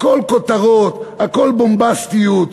הכול כותרות, הכול בומבסטיות.